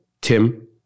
Tim